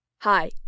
Hi